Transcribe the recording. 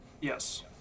Yes